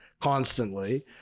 constantly